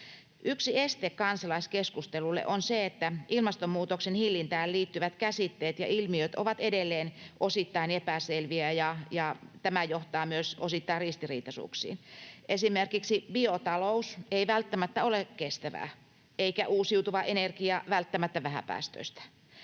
Yksi este kansalaiskeskustelulle on se, että ilmastonmuutoksen hillintään liittyvät käsitteet ja ilmiöt ovat edelleen osittain epäselviä ja tämä johtaa myös osittain ristiriitaisuuksiin. Esimerkiksi biotalous ei välttämättä ole kestävää eikä uusiutuva energia välttämättä vähäpäästöistä.